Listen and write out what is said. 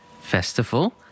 Festival